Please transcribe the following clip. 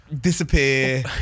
disappear